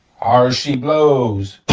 ar she blows.